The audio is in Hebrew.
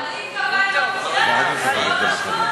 אבל אם קבעת עובדה וזה לא נכון,